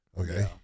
Okay